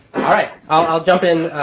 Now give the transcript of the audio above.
all right. i'll jump in